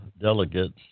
delegates